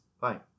Bye